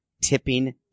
tipping